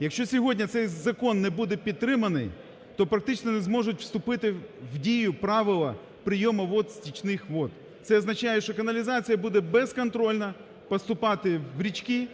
Якщо сьогодні цей закон не буде підтриманий, то практично не зможуть вступити в дію правила прийому вод стічних вод. Це означає, що каналізація буде безконтрольно поступати в річки,